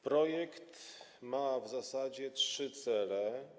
Projekt ma w zasadzie trzy cele.